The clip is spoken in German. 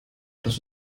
das